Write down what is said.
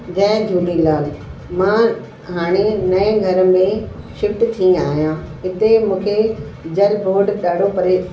जय झूलेलाल मां हाणे नऐं घर में शिफ्ट थी आहियां हिते मूंखे जल बोर्ड ॾाढो परे